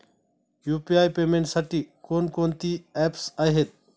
UPI पेमेंटसाठी कोणकोणती apps आहेत?